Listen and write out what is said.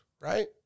Right